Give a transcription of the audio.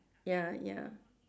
ya ya